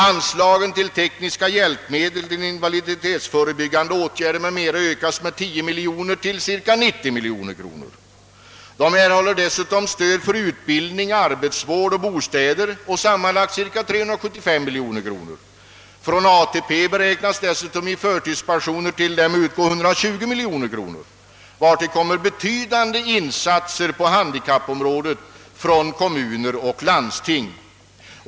Anslagen till tekniska hjälpmedel, till invaliditetsförebyggande åtgärder m.m. ökas med 10 miljoner kronor till cirka 90 miljoner kronor. De erhåller dessutom stöd för utbildning, arbetsvård och bostäder på sammanlagt cirka 375 miljoner kronor. Från ATP beräknas i förtidspensioner till dem utgå 120 miljoner kronor, vartill kommer betydande insatser på handikappområdet från kommuner och landsting.